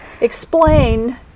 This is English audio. Explain